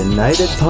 United